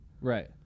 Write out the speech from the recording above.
Right